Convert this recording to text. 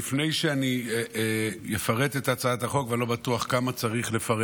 יסמין פרידמן וקבוצת חברי כנסת,